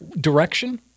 direction